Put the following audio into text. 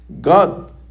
God